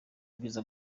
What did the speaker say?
bwiza